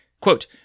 Quote